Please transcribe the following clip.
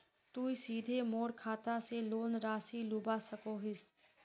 तुई सीधे मोर खाता से लोन राशि लुबा सकोहिस?